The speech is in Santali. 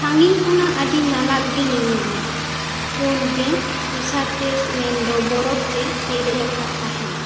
ᱥᱟᱺᱜᱤᱧ ᱠᱷᱚᱱᱟᱜ ᱟᱹᱰᱤ ᱧᱟᱞᱟᱛ ᱜᱮ ᱧᱮᱞ ᱧᱟᱢᱚᱜᱼᱟ ᱯᱩᱱ ᱜᱮ ᱴᱩᱥᱟᱨ ᱛᱮ ᱢᱮᱱᱫᱚ ᱵᱚᱨᱚᱯᱷ ᱛᱮ ᱯᱮᱨᱮᱡ ᱟᱠᱟᱫ ᱜᱮ ᱛᱟᱦᱮᱱᱟ